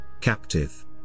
captive